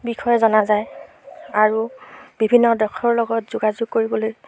বিষয়ে জনা যায় আৰু বিভিন্ন দেশৰ লগত যোগাযোগ কৰিবলৈ